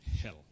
hell